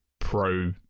Pro